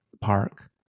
park